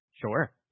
Sure